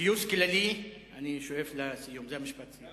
גיוס כללי, אני שואף לסיום, זה משפט הסיום.